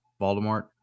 Voldemort